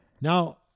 Now